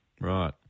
Right